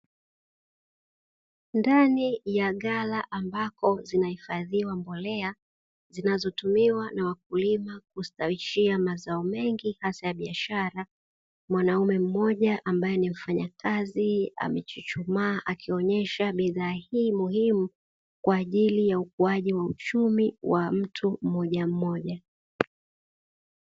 Ndani ya ghala ambako zinahifadhiwa mbolea zinazotumiwa na wakulima kustawishia mazao mengi hasa ya biashara, mwanamume mmoja ambaye ni mfanyakazi amechuchumaa akionyesha bidhaa hii muhimu kwa ajili ya ukuaji wa uchumi wa mtu mmoja mmoja.